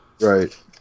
Right